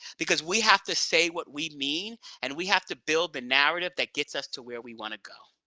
because we have to say what we mean, and we have to build the narrative that gets us to where we want to go.